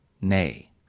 nay